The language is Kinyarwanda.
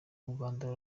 rwanda